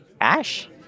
Ash